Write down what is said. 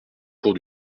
cours